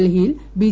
ഡൽഹിയിൽ ബി